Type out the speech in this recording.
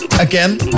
again